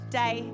day